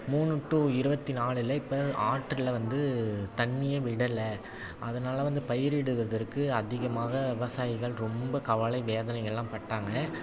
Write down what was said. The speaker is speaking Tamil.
மூணு டு இருபத்தி நாலில் இப்போ ஆற்றுல வந்து தண்ணியை விடலை அதனால வந்து பயிரிடுவதற்கு அதிகமாக விவசாயிகள் ரொம்ப கவலை வேதனைகள் எல்லாம் பட்டாங்க